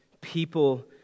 people